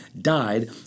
died